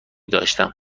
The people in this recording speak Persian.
داشتم